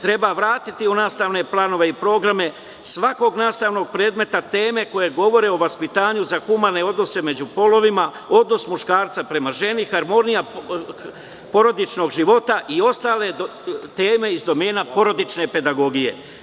Treba vratiti u nastavne planove i programe svakog nastavnog predmeta teme koje govore o vaspitanju za humane odnose među polovima, odnos muškarca prema ženi, harmonija porodičnog života i ostale teme iz domena porodične pedagogije.